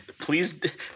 please